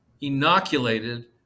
inoculated